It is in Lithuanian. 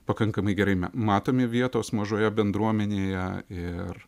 pakankamai gerai matomi vietos mažoje bendruomenėje ir